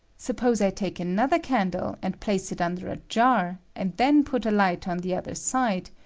suppose i take another candle, and place it under a jar, and then put a light on the other side,